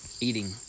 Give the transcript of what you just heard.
eating